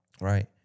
Right